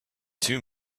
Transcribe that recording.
two